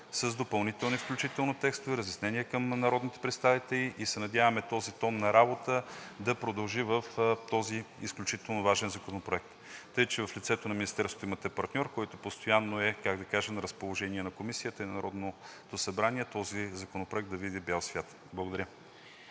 – допълнително включително текстове, разяснения към народните представители. Надяваме се този тон на работа да продължи в този изключително важен Законопроект. В лицето на Министерството имате партньор, който постоянно е на разположение на Комисията и на Народното събрание, този законопроект да види бял свят. Благодаря.